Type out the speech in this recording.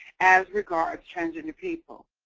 as regards transgender people.